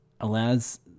allows